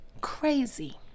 crazy